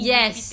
Yes